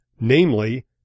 namely